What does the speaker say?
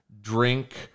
drink